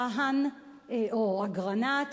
אגרנט,